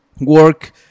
work